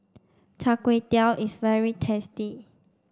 Char Kway Teow is very tasty